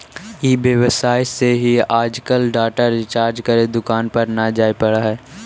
ई व्यवसाय से ही आजकल डाटा रिचार्ज करे दुकान पर न जाए पड़ऽ हई